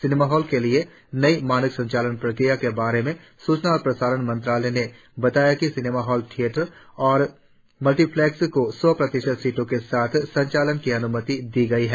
cinema हॉलों के लिए नई मानक संचालन प्रक्रिया के बारे में सूचना और प्रसारण मंत्रालय ने बताया कि सिनेमा थियेटर और मल्टीप्लेक्स को सौ प्रतिशत सीटों के साथ संचालन की अन्मति दी गई है